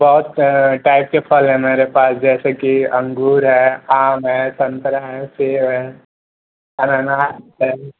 बहुत टाइप के फल हैं मेरे पास जैसे कि अँगूर है आम है सन्तरा है सेब है अनानास है